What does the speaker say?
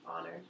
Honor